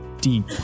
deep